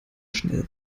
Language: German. schnell